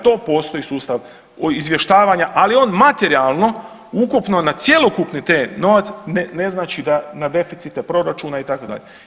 To postoji sustav izvještavanja ali on materijalno ukupno na cjelokupni taj novac ne znači da na deficite proračuna itd.